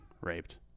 raped